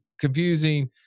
confusing